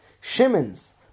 Shimon's